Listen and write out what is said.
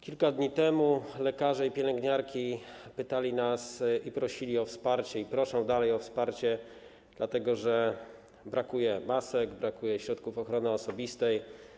Kilka dni temu lekarze i pielęgniarki pytali nas i prosili o wsparcie, i proszą dalej o wsparcie, dlatego że brakuje masek, brakuje środków ochrony osobistej.